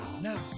now